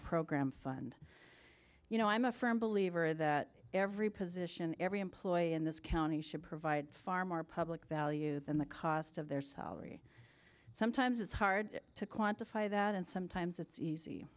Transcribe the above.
program fund you know i'm a firm believer that every position every employee in this county should provide far more public value than the cost of their salary sometimes it's hard to quantify that and sometimes it's easy